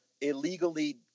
illegally